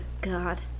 God